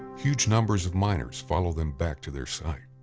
huge numbers of miners follow them back to their site.